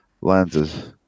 lenses